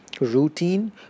routine